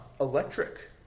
electric